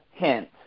Hint